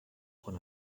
quan